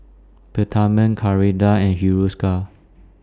Peptamen Ceradan and Hiruscar